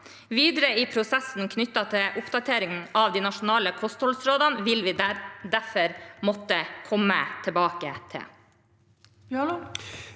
videre prosessen knyttet til oppdatering av de nasjonale kostholdsrådene vil vi derfor måtte komme tilbake til.